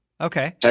Okay